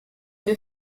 une